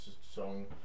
song